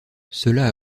cela